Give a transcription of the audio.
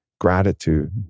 gratitude